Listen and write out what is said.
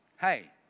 hey